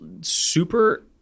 super